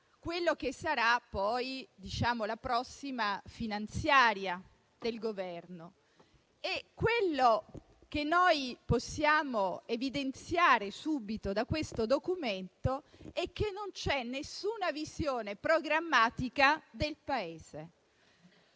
quella che sarà la prossima legge di bilancio del Governo. Quello che possiamo evidenziare subito da questo Documento è che non c'è alcuna visione programmatica del Paese,